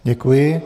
Děkuji.